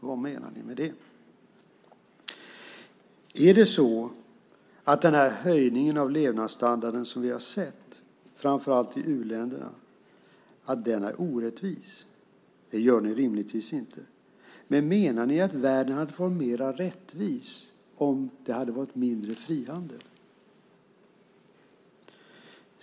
Vad menar ni med det? Är det så att den höjning av levnadsstandarden som vi har sett, framför allt i u-länderna, är orättvis? Det menar ni rimligtvis inte. Men menar ni att världen hade varit mer rättvis om det hade varit mindre frihandel?